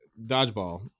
Dodgeball